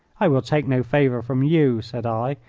i will take no favour from you, said i.